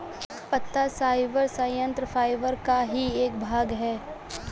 पत्ता फाइबर संयंत्र फाइबर का ही एक भाग है